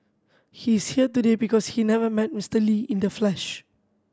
he's here today because he never met Mister Lee in the flesh